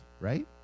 right